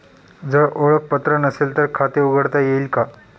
जर ओळखपत्र नसेल तर खाते उघडता येईल का?